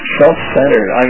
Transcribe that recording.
self-centered